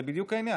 זה בדיוק העניין.